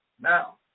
Now